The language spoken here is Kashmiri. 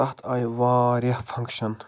تتھ آیہِ واریاہ فَنٛکشَن